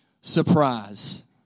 surprise